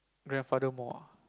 grandfather more